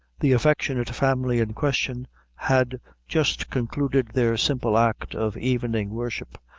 the affectionate family in question had just concluded their simple act of evening worship,